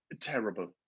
terrible